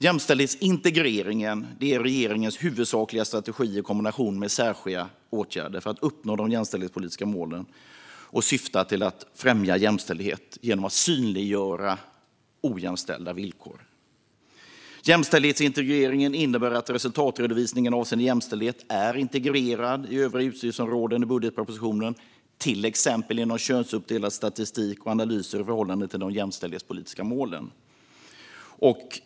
Jämställdhetsintegrering är regeringens huvudsakliga strategi, i kombination med särskilda åtgärder, för att uppnå de jämställdhetspolitiska målen och syftar till att främja jämställdhet genom att synliggöra ojämställda villkor. Jämställdhetsintegrering innebär att resultatredovisningen avseende jämställdhet är integrerad i övriga utgiftsområden i budgetpropositionen, till exempel genom könsuppdelad statistik och analyser i förhållande till de jämställdhetspolitiska målen.